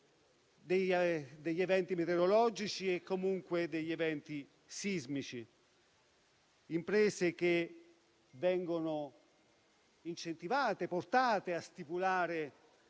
degli eventi meteorologici e degli eventi sismici. Le imprese vengono incentivate, portate a stipulare